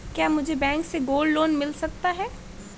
क्या मुझे बैंक से गोल्ड लोंन मिल सकता है?